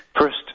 First